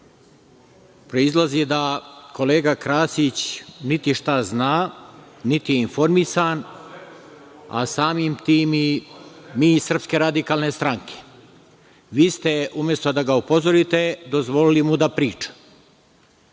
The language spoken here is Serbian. proizilazi da kolega Krasić niti šta zna, niti je informisan, a samim tim i mi i SRS. Vi ste, umesto da ga upozorite dozvolili mu da priča.